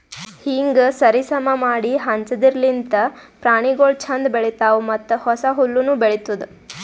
ಹೀಂಗ್ ಸರಿ ಸಮಾ ಮಾಡಿ ಹಂಚದಿರ್ಲಿಂತ್ ಪ್ರಾಣಿಗೊಳ್ ಛಂದ್ ಬೆಳಿತಾವ್ ಮತ್ತ ಹೊಸ ಹುಲ್ಲುನು ಬೆಳಿತ್ತುದ್